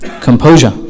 Composure